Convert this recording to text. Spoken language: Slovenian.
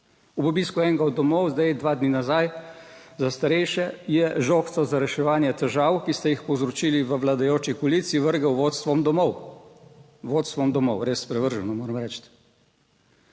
Ob obisku enega od domov zdaj, dva dni nazaj za starejše je žogico za reševanje težav, ki ste jih povzročili v vladajoči koaliciji vrgel vodstvom domov, vodstvom domov. Res sprevrženo, moram reči.